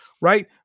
right